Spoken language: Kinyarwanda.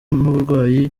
n’uburwayi